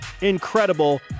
Incredible